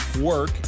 work